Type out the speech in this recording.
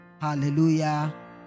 Hallelujah